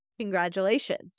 Congratulations